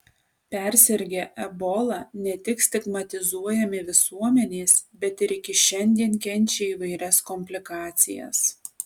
persirgę ebola ne tik stigmatizuojami visuomenės bet ir iki šiandien kenčia įvairias komplikacijas